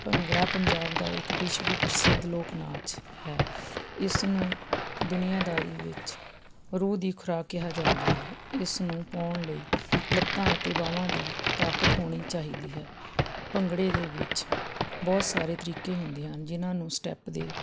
ਭੰਗੜਾ ਪੰਜਾਬ ਦਾ ਇੱਕ ਵਿਸ਼ਵ ਪ੍ਰਸਿੱਧ ਲੋਕ ਨਾਚ ਹੈ ਇਸ ਨੂੰ ਦੁਨੀਆਂਦਾਰੀ ਵਿੱਚ ਰੂਹ ਦੀ ਖੁਰਾਕ ਕਿਹਾ ਜਾਂਦਾ ਹੈ ਇਸ ਨੂੰ ਪਾਉਣ ਲਈ ਲੱਤਾਂ ਅਤੇ ਬਾਹਵਾਂ ਦੀ ਤਾਕਤ ਹੋਣੀ ਚਾਹੀਦੀ ਹੈ ਭੰਗੜੇ ਦੀ ਵਿੱਚ ਬਹੁਤ ਸਾਰੇ ਤਰੀਕੇ ਹੁੰਦੇ ਹਨ ਜਿਹਨਾਂ ਨੂੰ ਸਟੈੱਪ ਦੇ